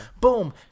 Boom